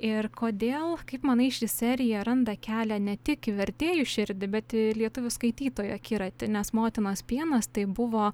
ir kodėl kaip manai ši serija randa kelią ne tik į vertėjų širdį bet į lietuvių skaitytojų akiratį nes motinos pienas tai buvo